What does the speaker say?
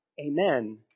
Amen